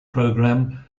program